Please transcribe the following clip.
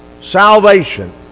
salvation